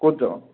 ক'ত যাৱ